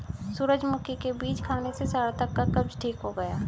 सूरजमुखी के बीज खाने से सार्थक का कब्ज ठीक हो गया